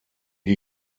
you